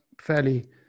fairly